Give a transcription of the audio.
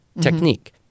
technique